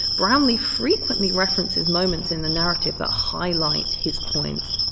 brownlee frequently references moments in the narrative that highlight his points.